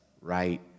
right